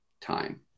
time